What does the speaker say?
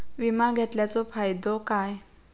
विमा घेतल्याचो फाईदो काय?